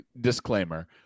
disclaimer